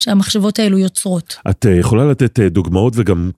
שהמחשבות האלו יוצרות. -את יכולה לתת דוגמאות וגם...